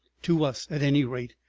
to us, at any rate,